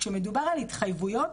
כשמדובר על התחייבויות,